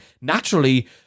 naturally